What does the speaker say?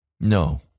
No